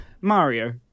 Mario